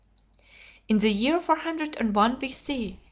in the year four hundred and one b c.